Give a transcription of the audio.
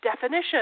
definition